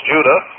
Judah